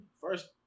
First